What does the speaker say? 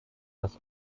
das